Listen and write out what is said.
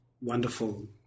wonderful